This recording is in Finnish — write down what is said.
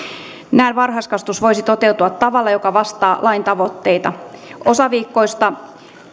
näin varhaiskasvatus voisi toteutua tavalla joka vastaa lain tavoitteita osaviikkoista